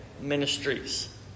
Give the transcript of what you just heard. ministries